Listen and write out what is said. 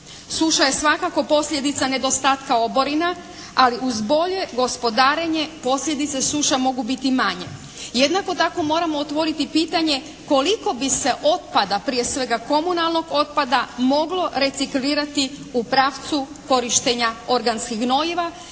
Suša je svakako posljedica nedostatka oborina, ali uz bolje gospodarenje posljedice suša mogu biti i manje. Jednako tako moramo otvoriti i pitanje koliko bi se otpada prije svega komunalnog otpada moglo reciklirati u pravcu korištenja organskih gnojiva